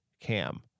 cam